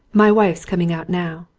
my wife's coming out now.